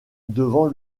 devant